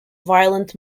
violent